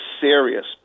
serious